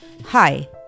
Hi